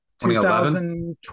2011